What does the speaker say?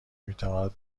میتواند